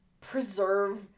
preserve